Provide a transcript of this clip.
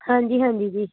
ਹਾਂਜੀ ਹਾਂਜੀ ਜੀ